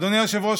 אדוני היושב-ראש,